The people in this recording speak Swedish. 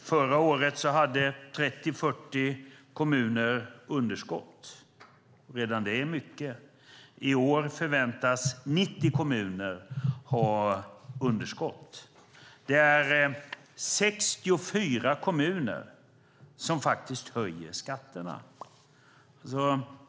Förra året hade 30-40 kommuner underskott. Redan det är mycket. I år förväntas 90 kommuner ha underskott. Det är 64 kommuner som höjer skatterna.